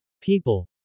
People